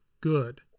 good